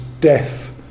death